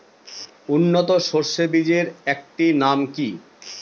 উন্নত সরষে বীজের একটি নাম কি?